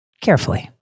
carefully